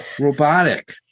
Robotic